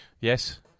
Yes